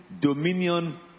dominion